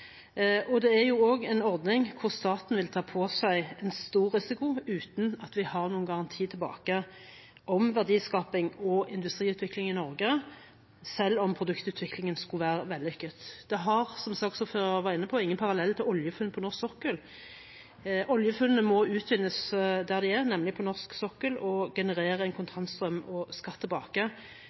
og innovasjon innenfor helseområdet. Dette er også en ordning hvor staten vil ta på seg en stor risiko uten at vi har noen garanti tilbake om verdiskaping og industriutvikling i Norge, selv om produktutviklingen skulle være vellykket. Det har, som saksordføreren var inne på, ingen parallell til oljefunn på norsk sokkel. Oljefunnene må utvinnes der de er, nemlig på norsk sokkel, og generere en kontantstrøm og skatt tilbake